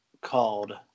called